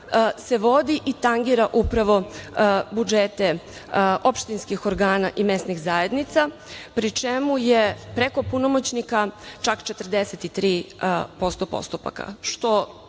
se vodi i tangira upravo budžete opštinskih organa i mesnih zajednica, pri čemu je preko punomoćnika čak 43% postupaka, što